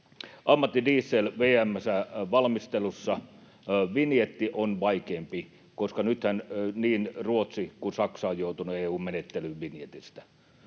Ammattidiesel: VM:ssä valmistelussa. Vinjetti on vaikeampi, koska nythän niin Ruotsi kuin Saksa ovat joutuneet EU:n menettelyyn vinjetistä.